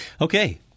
Okay